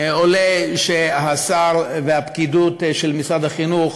עולה שהשר והפקידות של משרד החינוך